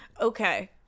Okay